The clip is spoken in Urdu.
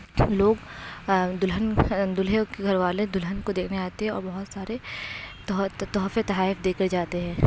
سب لوگ دلہن دولہے کے گھر والے دلہن کو دیکھنے آتے ہے اور بہت سارے تحفے تحائف دے کے جاتے ہیں